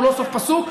הוא לא סוף פסוק.